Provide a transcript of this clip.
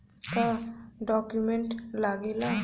का डॉक्यूमेंट लागेला?